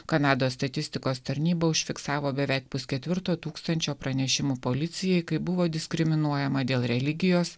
kanados statistikos tarnyba užfiksavo beveik pusketvirto tūkstančio pranešimų policijai kai buvo diskriminuojama dėl religijos